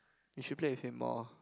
you should play with him more